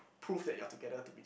prove that you're together to be